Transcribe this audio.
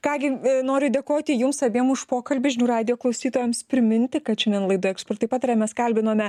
ką gi noriu dėkoti jums abiem už pokalbį žinių radijo klausytojams priminti kad šiandien laidoj ekspertai pataria mes kalbinome